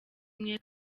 imwe